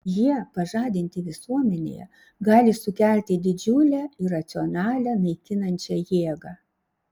jie pažadinti visuomenėje gali sukelti didžiulę iracionalią naikinančią jėgą